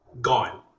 Gone